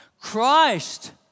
Christ